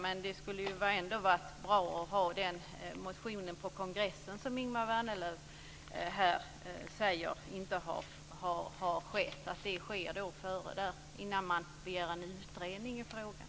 Men det skulle ändå vara bra att väcka den motionen på kongressen, som Ingemar Vänerlöv här säger inte har tagit ställning, innan man begär en utredning i frågan.